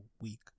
week